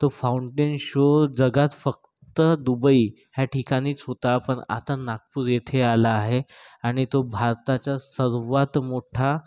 तो fountain show जगात फक्त दुबई ह्या ठिकाणीच होता पण आता नागपूर येथे आला आहे आणि तो भारताच्या सर्वात मोठा